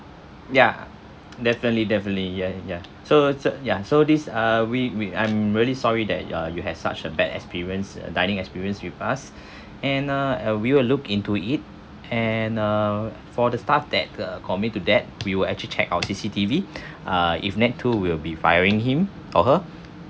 ya definitely definitely ya ya so so ya so these uh we we I'm really sorry that uh you have such a bad experience dining experience with us and uh we will look into it and uh for the staff that uh commit to that we will actually check our C_C_T_V uh if need to we'll be firing him or her